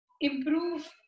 improve